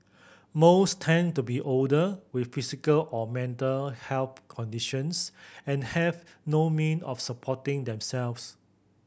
most tend to be older with physical or mental health conditions and have no mean of supporting themselves